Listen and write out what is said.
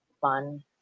fun